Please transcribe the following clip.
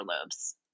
lobes